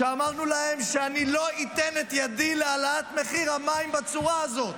כשאמרנו להם שאני לא אתן את ידי להעלאת מחיר המים בצורה הזאת,